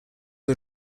are